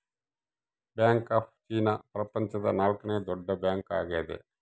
bank of China ಪ್ರಪಂಚದ ನಾಲ್ಕನೆ ದೊಡ್ಡ ಬ್ಯಾಂಕ್ ಆಗ್ಯದ